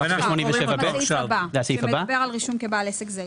אנחנו בסעיף 87ב. זה הסעיף הבא שמדבר על רישום כבעל עסק זעיר.